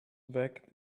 wagged